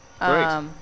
Great